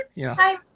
Hi